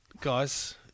guys